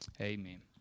Amen